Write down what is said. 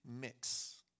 mix